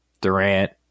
Durant